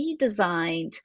redesigned